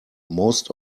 most